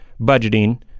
budgeting